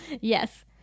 Yes